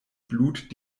blut